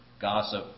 gossip